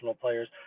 players